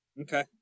Okay